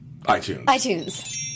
iTunes